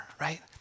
right